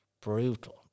brutal